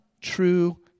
true